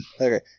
Okay